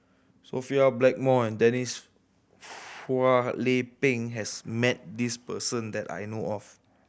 Sophia Blackmore and Denise Phua Lay Peng has met this person that I know of